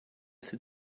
sit